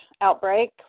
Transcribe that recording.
outbreak